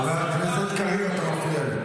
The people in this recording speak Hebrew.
חבר הכנסת קריב, אתה מפריע לי.